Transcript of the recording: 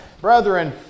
Brethren